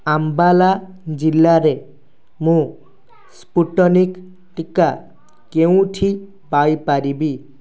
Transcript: ଅମ୍ବାଲା ଜିଲ୍ଲାରେ ମୁଁ ସ୍ପୁଟନିକ୍ ଟିକା କେଉଁଠି ପାଇ ପାରିବି